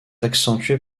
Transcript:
accentuée